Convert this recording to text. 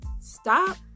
stop